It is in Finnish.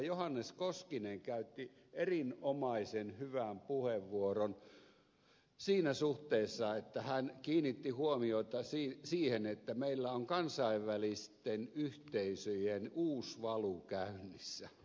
johannes koskinen käytti erinomaisen hyvän puheenvuoron siinä suhteessa että hän kiinnitti huomiota siihen että meillä on kansainvälisten yhteisöjen uusvalu käynnissä